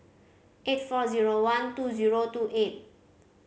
eight four zero one two zero two eight